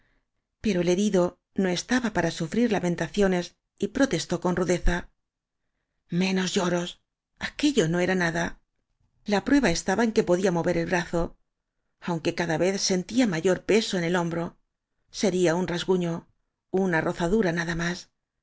pero el herido no estaba para sufrir lamen taciones y protestó con rudeza menos lloros aquello no era nada la prueba estaba en que áñ podía mover el brazo aunque cada vez sentía mayor peso en el hombro sería un rasguño una rozadura nada más